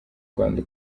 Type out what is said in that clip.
rwanda